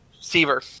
Seaver